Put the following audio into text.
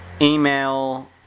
email